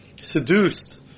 seduced